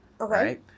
Okay